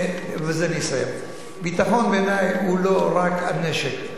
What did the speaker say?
ובזה אני אסיים, ביטחון בעיני הוא לא רק הנשק.